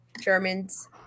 Germans